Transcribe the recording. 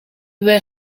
were